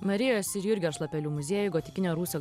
marijos ir jurgio šlapelių muziejuj gotikinio rūsio